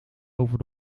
over